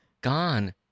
gone